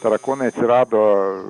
tarakonai atsirado